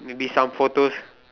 maybe some photos